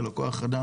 של הכוח אדם,